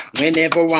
whenever